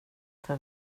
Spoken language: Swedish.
för